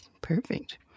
Perfect